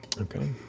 Okay